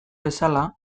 bezala